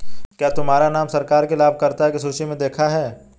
क्या तुम्हारा नाम सरकार की लाभकर्ता की सूचि में देखा है